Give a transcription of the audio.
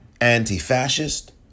anti-fascist